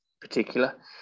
particular